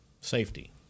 Safety